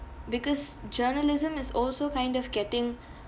because journalism is also kind of getting